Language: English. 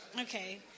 Okay